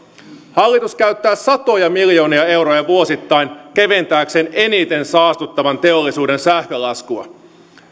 hallitus käyttää satoja miljoonia euroja vuosittain keventääkseen eniten saastuttavan teollisuuden sähkölaskua